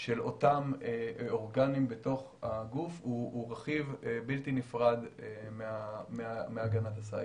של אותם אורגנים בתוך הגוף הוא רכיב בלתי נפרד מהגנת הסייבר.